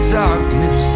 darkness